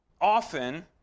Often